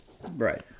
Right